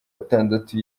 atandatu